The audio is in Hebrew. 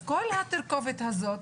אז כל התרכובת הזאת,